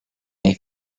may